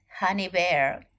Honeybear